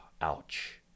ouch